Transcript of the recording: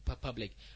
Public